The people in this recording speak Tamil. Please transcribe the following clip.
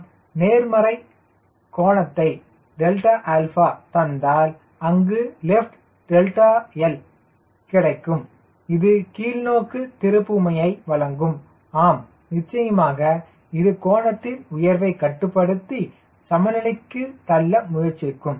நான் நேர்மறை கோணத்தை தந்தால் அங்கு லிப்ட் ΔL லிப்ட் கிடைக்கும் இது கீழ்நோக்கு திருப்புமையை வழங்கும் ஆம் நிச்சயமாக இது கோணத்தின் உயர்வை கட்டுப்படுத்தி சமநிலைக்கு தள்ள முயற்சிக்கும்